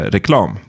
Reklam